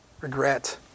regret